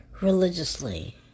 religiously